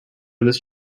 this